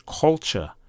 culture